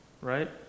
right